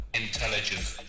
intelligence